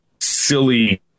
silly